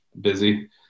Busy